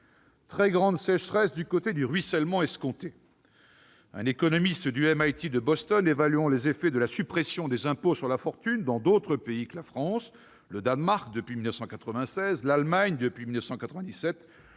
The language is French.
Très grande sécheresse du côté du ruissellement escompté donc. Un économiste du MIT de Boston, évaluant les effets de la suppression des impôts sur la fortune dans d'autres pays que la France, à savoir le Danemark depuis 1996, l'Allemagne depuis 1997,